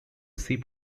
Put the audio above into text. ship